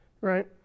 right